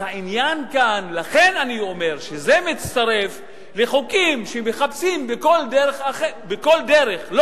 לכן אני אומר שזה מצטרף לחוקים שמחפשים בכל דרך לא